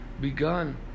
begun